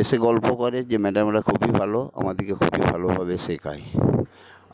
এসে গল্প করে যে ম্যাডামরা খুবই ভালো আমাদেরকে খুবই ভালোভাবে শেখায়